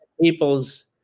people's